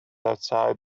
outside